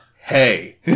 hey